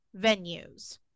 venues